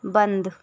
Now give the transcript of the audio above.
बंद